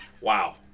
Wow